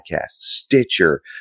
Stitcher